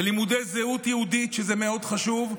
ולימודי זהות יהודית, שזה מאוד חשוב,